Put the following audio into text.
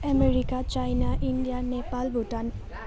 America China India Nepal Bhutan